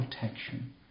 protection